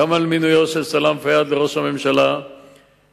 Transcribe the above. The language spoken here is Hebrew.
גם על המינוי של סלאם פיאד לראשות הממשלה וגם